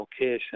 location